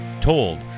told